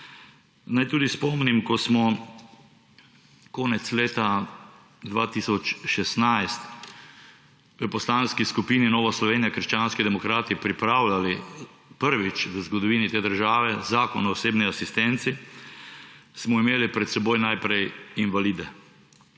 Naj tudi spomnim, ko smo konec leta 2016 v Poslanski skupini Nova Slovenija – krščanski demokrati pripravljali prvič v zgodovini te države zakon o osebni asistenci, smo imeli pred seboj najprej invalide.